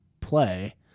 play